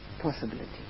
possibility